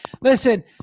listen